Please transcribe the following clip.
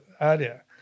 area